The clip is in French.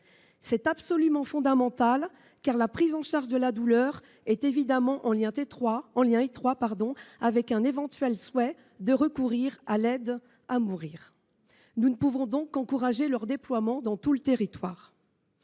C’est absolument fondamental, car cette prise en charge est évidemment en lien étroit avec un éventuel souhait de recourir à l’aide à mourir. Nous ne pouvons donc qu’encourager le déploiement des services